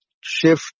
shift